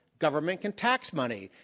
government can tax money.